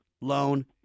loan